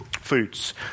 Foods